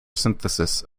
synthesis